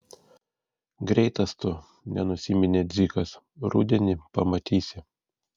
greitas tu nenusiminė dzikas rudenį pamatysi